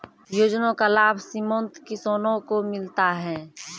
योजना का लाभ सीमांत किसानों को मिलता हैं?